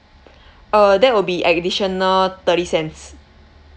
uh that will be additional thirty cents